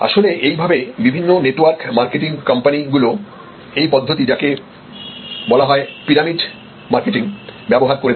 আসলেএইভাবে বিভিন্ন network marketing কোম্পানিগুলো এই পদ্ধতি যাকে বলা হয় পিরামিড মারকেটিং ব্যবহার করে থাকেন